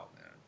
man